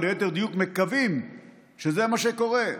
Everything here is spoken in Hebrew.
או ליתר דיוק מקווים שזה מה שקורה.